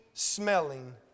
smelling